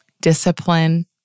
discipline